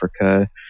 Africa